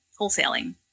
wholesaling